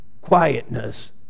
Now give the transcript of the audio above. quietness